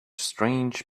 strange